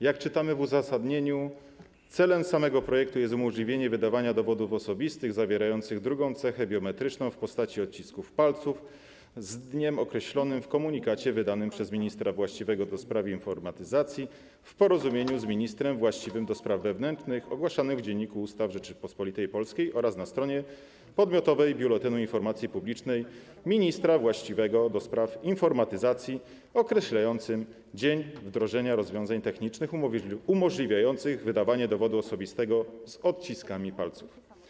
Jak czytamy w uzasadnieniu, celem samego projektu jest umożliwienie wydawania dowodów osobistych zawierających drugą cechę biometryczną w postaci odcisków palców z dniem określonym w komunikacie wydanym przez ministra właściwego ds. informatyzacji, w porozumieniu z ministrem właściwym ds. wewnętrznych, ogłaszanym w Dzienniku Ustaw Rzeczypospolitej Polskiej oraz na stronie podmiotowej Biuletynu Informacji Publicznej ministra właściwego ds. informatyzacji, określającym dzień wdrożenia rozwiązań technicznych umożliwiających wydawanie dowodu osobistego z odciskami palców.